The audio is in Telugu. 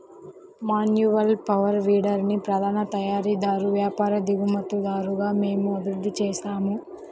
మాన్యువల్ పవర్ వీడర్ని ప్రధాన తయారీదారు, వ్యాపారి, దిగుమతిదారుగా మేము అభివృద్ధి చేసాము